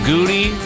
Goody